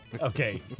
okay